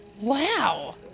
Wow